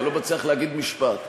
כי אני לא מצליח להגיד משפט.